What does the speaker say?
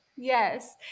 Yes